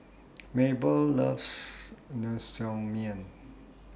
Maebelle loves Naengmyeon